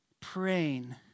praying